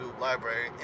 library